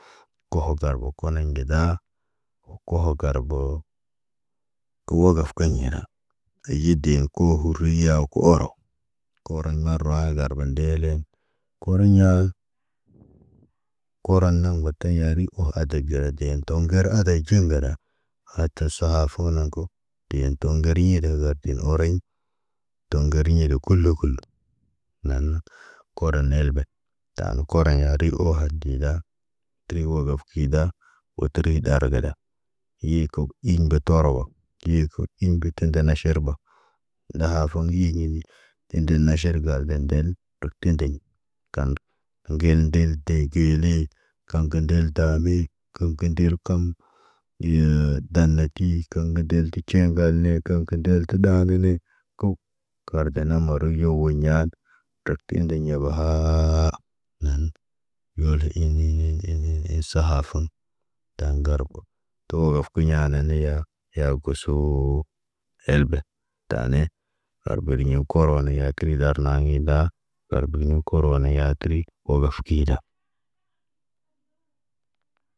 Kortarbo kone geda kohok garbo. Kə wagaf kiɲana, keyeda kohuriya koro. Koron marawaayit gargo ndelen. Koroɲa, korona batan yari oho adegara tetoŋgar ada ɟun gada. Ata sahafunaŋg ko, teen toŋgeri yeda kaatu oreɲ. Toŋgoriɲede kulu kulu. Naana, kodon nelbe, taan koroɲa ri ohod dila. Tuy wogof kida, woteri ɗargada, yeko iɲ kod toraba, yiko imbetende na ʃaraba. Ndaha foŋgi yiɲini, tendel na ʃaraba dendel tendeɲ. Kan, ŋgen ndel te kili, kaŋgə ndel taɓe. Kaŋg ka nder kaŋg. Diyee, danati kaŋga del ticiya ŋgalne, kaŋg kə ɗaagine kaw. Kardana moroy yowoɲad, tak kindeɲ yabahaa nan. Yol in sahafun, taŋgar go tuwawof kuɲananiya yagusu. Elbe, tani, arbariɲaŋg koro niyakil dar naŋgi da. Ŋgal buguni koro yatəri, wo wafkida.